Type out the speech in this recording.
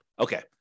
Okay